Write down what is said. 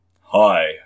Hi